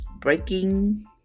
breaking